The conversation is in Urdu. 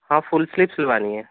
ہاں فل سلیپ سلوانی ہے